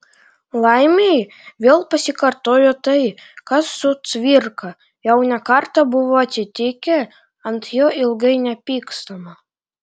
laimei vėl pasikartojo tai kas su cvirka jau ne kartą buvo atsitikę ant jo ilgai nepykstama